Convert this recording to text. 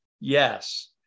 Yes